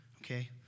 okay